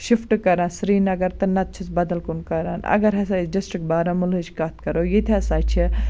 شِفٹہٕ کَران سرینَگَر تہٕ نَتہٕ چھِس بَدَل کُن کَران اَگَر ہَسا أسۍ ڈِسٹرک بارامُلہِچ کتھ کَرو ییٚتہِ ہَسا چھِ